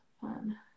fun